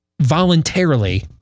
voluntarily